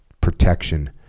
protection